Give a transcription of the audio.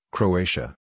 Croatia